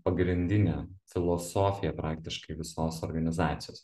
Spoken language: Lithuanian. pagrindinė filosofija praktiškai visos organizacijos